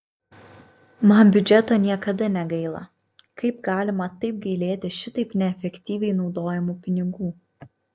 man biudžeto niekada negaila kaip galima taip gailėti šitaip neefektyviai naudojamų pinigų